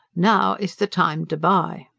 now is the time to buy.